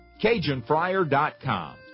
CajunFryer.com